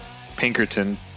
pinkerton